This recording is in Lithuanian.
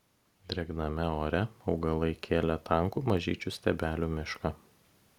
drėgname ore augalai kėlė tankų mažyčių stiebelių mišką